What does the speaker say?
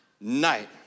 night